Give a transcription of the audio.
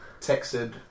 texted